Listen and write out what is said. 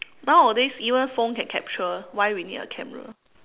nowadays even phone can capture why we need a camera